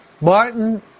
Martin